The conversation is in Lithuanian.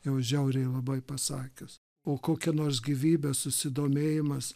jau žiauriai labai pasakius o kokia nors gyvybė susidomėjimas